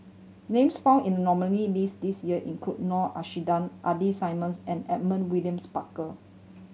names found in nominee list this year include Noor Aishah Ida Simmons and Edmund Williams Barker